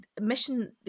mission